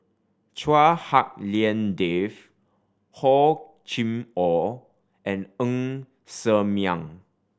Chua Hak Lien Dave Hor Chim Or and Ng Ser Miang